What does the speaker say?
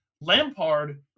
Lampard